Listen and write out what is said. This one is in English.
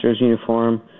uniform